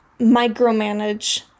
micromanage